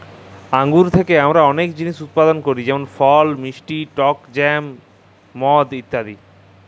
আঙ্গুর থ্যাকে আমরা অলেক জিলিস উৎপাদল ক্যরি যেমল ফল, মিষ্টি টক জ্যাম, মদ ইত্যাদি